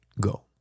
go